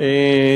תודה רבה,